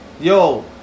yo